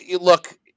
look